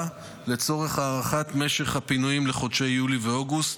לצורך הארכת משך הפינויים לחודשי יולי ואוגוסט,